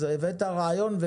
אז הבאת רעיון.